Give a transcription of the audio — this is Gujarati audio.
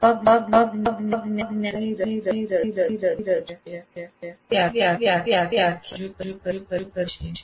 તે વ્યાખ્યાન દ્વારા રજૂ કરી શકાય છે